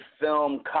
film